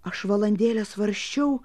aš valandėlę svarsčiau